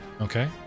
Okay